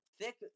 Thick